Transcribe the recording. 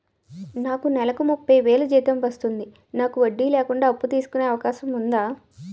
నాకు నేలకు ముప్పై వేలు జీతం వస్తుంది నాకు వడ్డీ లేకుండా అప్పు తీసుకునే అవకాశం ఉందా